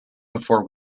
before